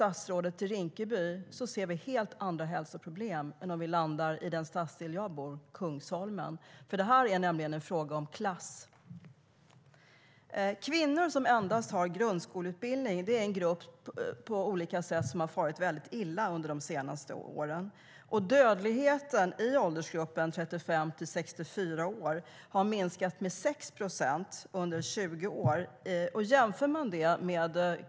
I Rinkeby ser statsrådet helt andra hälsoproblem än i den stadsdel jag bor i, Kungsholmen. Det här är nämligen en fråga om klass. Kvinnor som endast har en grundskoleutbildning är en grupp som på olika sätt har farit väldigt illa under de senaste åren. Dödligheten i åldersgruppen 35-64 år har minskat med 6 procent under 20 år.